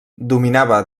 dominava